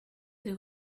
des